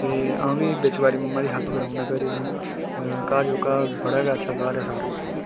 ते अ'ऊं बी बिच बारी ममा दी हैल्प कराई ओड़ना घरै दी घर जेह्का बडा गै अच्छा घर ऐ साढ़ा